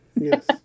Yes